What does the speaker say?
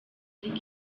ariko